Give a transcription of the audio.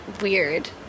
weird